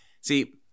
see